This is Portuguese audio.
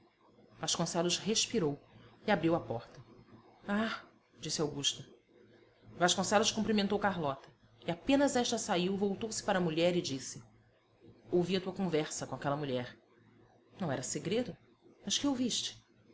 carlota vasconcelos respirou e abriu a porta ah disse augusta vasconcelos cumprimentou carlota e apenas esta saiu voltou-se para a mulher e disse ouvi a tua conversa com aquela mulher não era segredo mas que